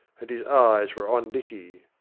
and his eyes were on dicky.